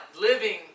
living